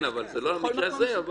זה לא המקרה הזה.